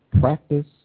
Practice